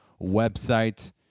website